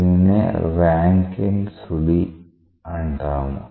దీనినే రాంకిన్ సుడి అంటాము